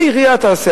זה העירייה תעשה,